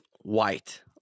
white